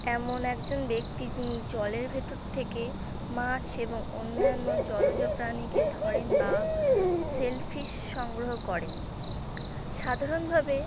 এমন একজন ব্যক্তি যিনি জলের ভেতর থেকে মাছ এবং অন্যান্য জলজ প্রাণীকে ধরেন বা সেল ফিশ সংগ্রহ করেন সাধারণভাবে